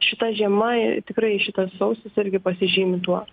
šita žiema tikrai šitas sausis irgi pasižymi tuo